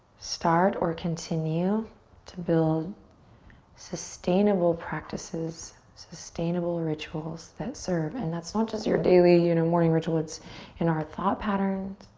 start or continue to build sustainable practices, sustainable rituals that serve. and that's not just your daily you know morning ritual. it's in our thought patterns.